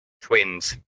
twins